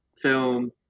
film